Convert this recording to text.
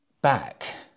Back